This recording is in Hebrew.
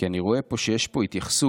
כי אני רואה פה שיש פה התייחסות